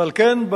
ועל כן,